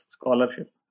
scholarship